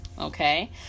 Okay